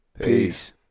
Peace